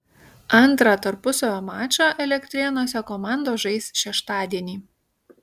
antrą tarpusavio mačą elektrėnuose komandos žais šeštadienį